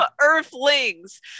Earthlings